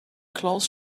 close